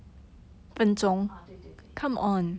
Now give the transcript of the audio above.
ah 对对对